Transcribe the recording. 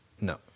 No